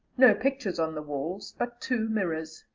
no pictures on the walls, but two mirrors.